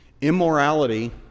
Immorality